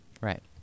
Right